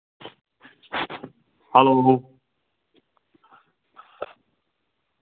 hello